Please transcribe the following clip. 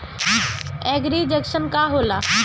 एगरी junction का होला?